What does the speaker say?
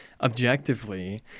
Objectively